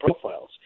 profiles